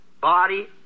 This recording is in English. Body